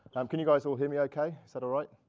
um can you guys all hear me ok? is that all right?